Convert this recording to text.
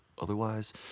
otherwise